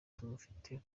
tumufite